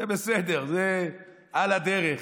זה בסדר, זה על הדרך.